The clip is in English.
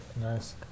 Nice